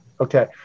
Okay